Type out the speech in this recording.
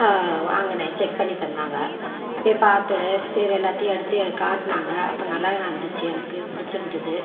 வாங்கண்ணே செக் பண்ணி தந்தாங்கள் போய் பார்த்தேன் சரியா எல்லாத்தையும் எடுத்துக்காட்டுனாங்கள் அப்போ நல்லதா இருந்துச்சு எனக்கு பிடிச்சி இருந்தது